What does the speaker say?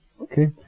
Okay